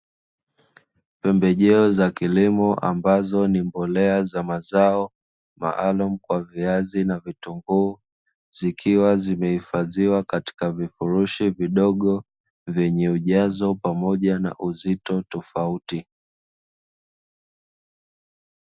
Pembejeo za kilimo ambazo ni mbolea za mazao maalum kwa viazi na vitunguu, zikiwa zimehifadhiwa katika vifurushi vidogo vyenye ujazo pamoja na uzito tofauti.